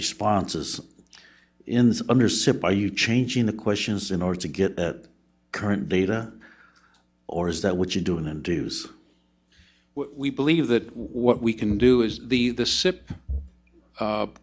responses in under said by you changing the questions in order to get the current data or is that what you're doing and dues we believe that what we can do is the the sip